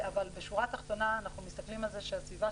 אבל בשורה התחתונה אנחנו מסתכלים על כך שהסביבה